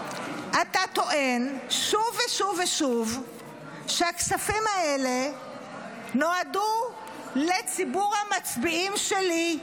אתה טוען שוב ושוב ושוב שהכספים האלה נועדו לציבור המצביעים שלי.